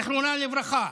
זיכרונה לברכה,